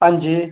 हांजी